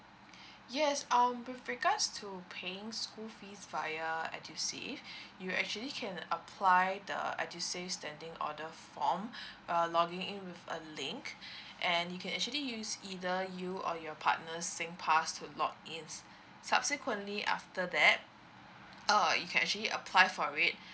yes um with regards to paying school fees via edusave you actually can apply the edusave standing order form uh logging in with a link and you can actually use either you or your partner singpass to log in subsequently after that uh you can actually apply for it